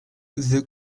the